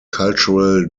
cultural